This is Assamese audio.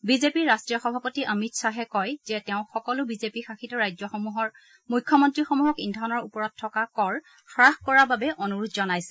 বিজেপিৰ ৰাট্টীয় সভাপতি অমিত শ্বাহে কয় যে তেওঁ সকলো বিজেপি শাসিত ৰাজ্যসমূহৰ মুখ্যমন্ত্ৰীসমূহক ইন্ধনৰ ওপৰত থকা কৰ হ্ৰাস কৰাৰ বাবে অনুৰোধ জনাইছে